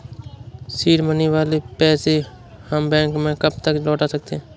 Seed money वाले पैसे हम बैंक को कब तक लौटा सकते हैं?